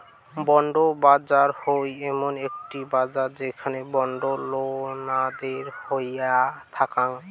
bond বাজার হই এমন একটি বাজার যেখানে বন্ড লেনাদেনা হইয়া থাকাং